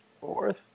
Fourth